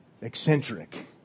eccentric